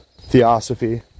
theosophy